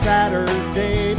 Saturday